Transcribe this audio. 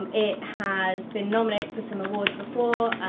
um it has been nominated for some awards before,